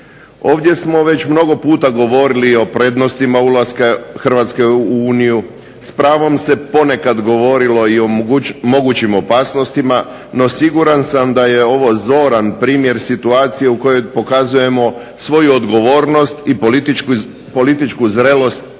Ovdje smo već mnogo puta govorili o prednostima ulaska Hrvatske u Uniju, s pravom se ponekad govorilo o mogućim opasnostima no siguran sam da je ovo zoran primjer situacije u kojoj pokazujemo svoju odgovornost i političku zrelost